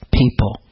people